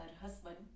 husband